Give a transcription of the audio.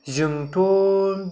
जोंथ'